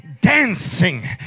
dancing